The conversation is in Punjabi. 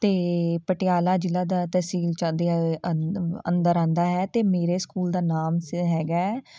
ਅਤੇ ਪਟਿਆਲਾ ਜ਼ਿਲ੍ਹਾ ਦਾ ਤਹਿਸੀਲ ਅੰਦਰ ਆਉਂਦਾ ਹੈ ਅਤੇ ਮੇਰੇ ਸਕੂਲ ਦਾ ਨਾਮ ਸ ਹੈਗਾ